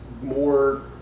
more